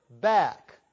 back